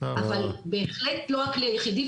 אבל בהחלט לא הכלי היחידי,